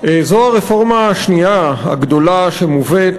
זו הרפורמה השנייה הגדולה שמובאת,